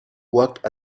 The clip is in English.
worked